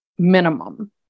minimum